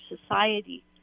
society